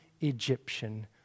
Egyptian